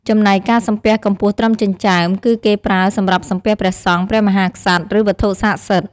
ចំណែកការសំពះកម្ពស់ត្រឹមចិញ្ចើម គឺគេប្រើសម្រាប់សំពះព្រះសង្ឃ ព្រះមហាក្សត្រ ឬវត្ថុស័ក្តិសិទ្ធិ។